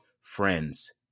friends